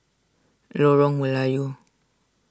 Lorong Melayu